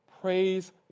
Praise